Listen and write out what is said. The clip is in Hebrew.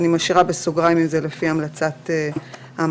אני משאירה בסוגריים שזה לפי המלצת המל"ג.